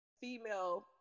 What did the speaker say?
female